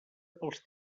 pels